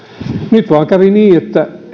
nyt vain kävi niin että